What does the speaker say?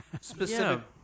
specific